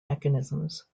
mechanisms